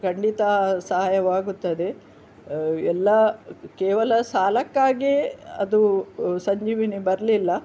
ಖಂಡಿತ ಸಹಾಯವಾಗುತ್ತದೆ ಎಲ್ಲಾ ಕೇವಲ ಸಾಲಕ್ಕಾಗೇ ಅದು ಸಂಜೀವಿನಿ ಬರಲಿಲ್ಲ